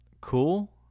cool